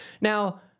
Now